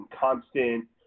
constant